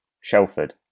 Shelford